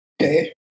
Okay